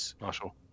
Marshall